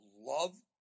love –